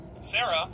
Sarah